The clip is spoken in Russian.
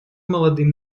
молодым